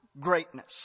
greatness